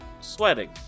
sweating